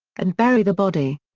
and bury the body.